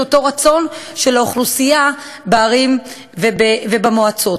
אותו רצון של האוכלוסייה בערים ובמועצות.